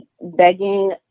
begging